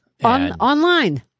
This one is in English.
Online